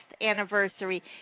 anniversary